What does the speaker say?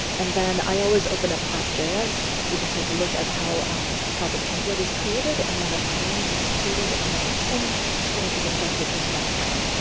and then i always open up app js. you can take a look at how um how the template is created and then a frame is created, and then your home screen is injected into that frame.